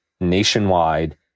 nationwide